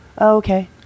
Okay